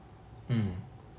mm